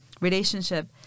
relationship